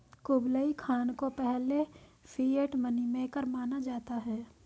Kublai Khan को पहले fiat money maker माना जाता है